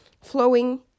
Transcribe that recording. flowing